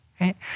right